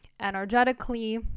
energetically